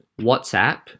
WhatsApp